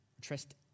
Trust